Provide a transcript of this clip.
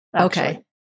okay